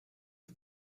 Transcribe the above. for